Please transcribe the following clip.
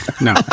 No